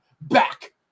back